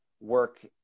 work